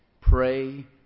pray